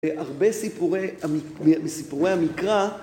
‫הרבה מסיפורי המקרא...